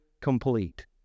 complete